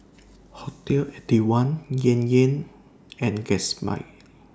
Hotel Eighty One Yan Yan and Gatsby